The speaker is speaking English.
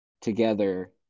together